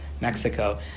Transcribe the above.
Mexico